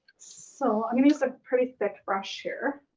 so, i'm gonna use a pretty thick brush here.